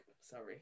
sorry